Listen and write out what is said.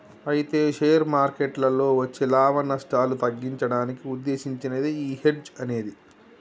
అయితే షేర్ మార్కెట్లలో వచ్చే లాభాలు నష్టాలు తగ్గించడానికి ఉద్దేశించినదే ఈ హెడ్జ్ అనేది